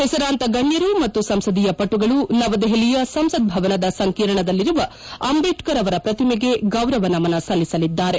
ಹೆಸರಾಂತ ಗಣ್ಣರು ಮತ್ತು ಸಂಸದೀಯ ಪಟುಗಳು ನವದೆಪಲಿಯ ಸಂಸತ್ ಭವನದ ಸಂಕೀರ್ಣದಲ್ಲಿರುವ ಅಂಬೇಡ್ಕರ್ ಅವರ ಪ್ರತಿಮೆಗೆ ಗೌರವ ನಮನ ಸಲ್ಲಿಸಲಿದ್ದಾರೆ